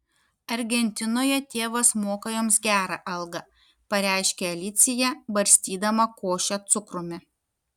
argentinoje tėvas moka joms gerą algą pareiškė alicija barstydama košę cukrumi